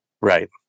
Right